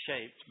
shaped